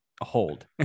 hold